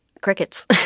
crickets